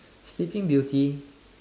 sleeping beauty